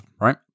right